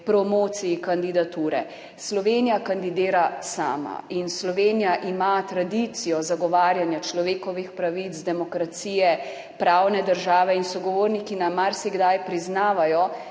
promociji kandidature. Slovenija kandidira sama in Slovenija ima tradicijo zagovarjanja človekovih pravic, demokracije, pravne države. Sogovorniki nam marsikdaj priznavajo,